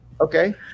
Okay